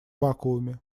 вакууме